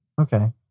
Okay